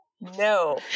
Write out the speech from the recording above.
No